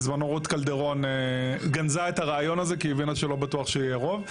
בזמנו רות קלדרון גנזה את הרעיון הזה כי היא הבינה שלא בטוח שיהיה רוב,